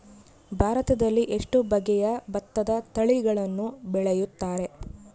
ಭಾರತದಲ್ಲಿ ಎಷ್ಟು ಬಗೆಯ ಭತ್ತದ ತಳಿಗಳನ್ನು ಬೆಳೆಯುತ್ತಾರೆ?